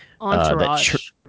Entourage